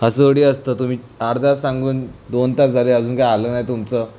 असं थोडी असतं तुम्ही अर्धा तास सांगून दोन तास झाले अजून काही आलं नाही तुमचं